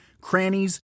crannies